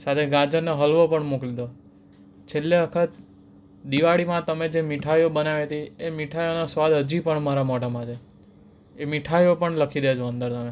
સાથે ગાજરનો હલવો પણ મોકલી દો છેલ્લી વખત દિવાળીમાં તમે જે મીઠાઈઓ બનાવી હતી એ મીઠાઈઓનો સ્વાદ હજી પણ મારા મોઢામાં છે એ મીઠાઈઓ પણ લખી દેજો અંદર તમે